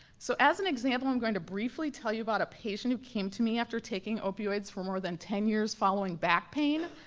so as an example, i'm going to briefly tell you about a patient who came to me after taking opioids for more than ten years following back pain.